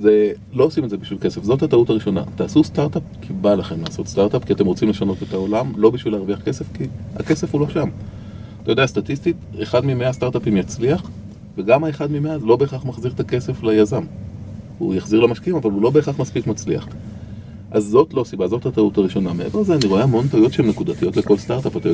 זה, לא עושים את זה בשביל כסף, זאת הטעות הראשונה. תעשו סטארטאפ, כי בא לכם לעשות סטארטאפ. כי אתם רוצים לשנות את העולם, לא בשביל להרוויח כסף, כי הכסף הוא לא שם. אתה יודע, סטטיסטית, אחד ממאה סטארטאפים יצליח, וגם האחד ממאה לא בהכרח מחזיר את הכסף ליזם. הוא יחזיר למשקיעים אבל הוא לא בהכרח מספיק מצליח. אז זאת לא הסיבה, זאת הטעות הראשונה. מעבר לזה אני רואה המון טעויות שהן נקודתיות לכל סטארטאפ, אתה